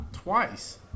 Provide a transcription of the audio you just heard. Twice